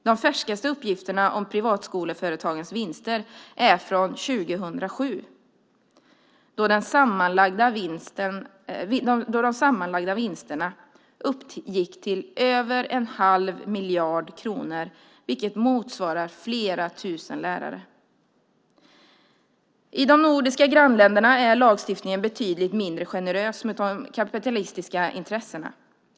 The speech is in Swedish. De färskaste uppgifterna om privatskoleföretagens vinster är från 2007 då de sammanlagda vinsterna uppgick till över en halv miljard kronor, vilket motsvarar flera tusen lärare. I de nordiska grannländerna är lagstiftningen betydligt mindre generös mot de kapitalistiska intressena.